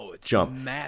jump